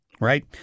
right